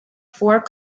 four